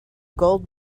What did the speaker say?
gold